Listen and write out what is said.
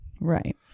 Right